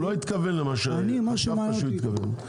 הוא לא התכוון למה שחשבת שהוא התכוון.